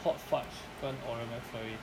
hot fudge 跟 oreo mcflurry